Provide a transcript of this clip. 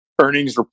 earnings